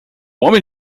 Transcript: homem